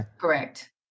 Correct